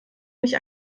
nicht